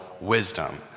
wisdom